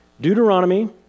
Deuteronomy